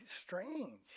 strange